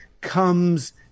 comes